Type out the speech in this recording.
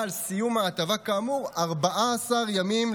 שלושה חודשים.